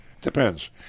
depends